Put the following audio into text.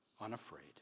unafraid